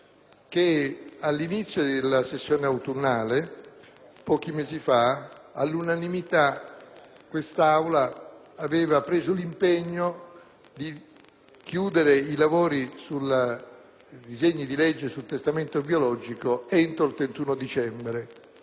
che all'inizio della sessione autunnale, pochi mesi fa, all'unanimità questa Assemblea aveva preso l'impegno di chiudere i lavori sui disegni di legge relativi al testamento biologico entro il 31 dicembre